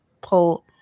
pull